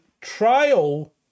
trial